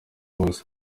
buvuzi